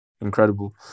Incredible